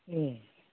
ए